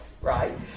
right